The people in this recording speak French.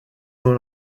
dans